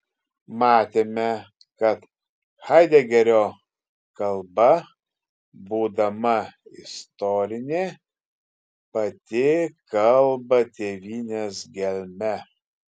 matėme kad haidegerio kalba būdama istorinė pati kalba tėvynės gelme